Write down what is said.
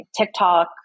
TikTok